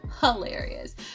hilarious